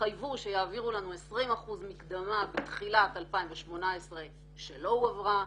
התחייבו שיעבירו לנו 20% מקדמה בתחילת 2018 שלא הועברה.